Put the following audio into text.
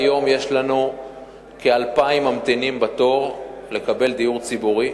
היום יש לנו כ-2,000 ממתינים בתור לקבל דיור ציבורי,